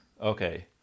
Okay